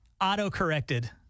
auto-corrected